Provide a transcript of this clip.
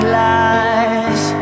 lies